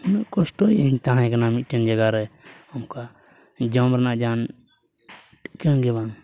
ᱩᱱᱟᱹᱜ ᱠᱚᱥᱴᱚ ᱤᱧ ᱛᱟᱦᱮᱸ ᱠᱟᱱᱟ ᱢᱤᱫᱴᱮᱱ ᱡᱟᱜᱟᱨᱮ ᱚᱱᱠᱟ ᱡᱚᱢ ᱨᱮᱱᱟᱜ ᱡᱟᱦᱟᱱ ᱴᱷᱤᱠᱟᱹᱱ ᱜᱮ ᱵᱟᱝ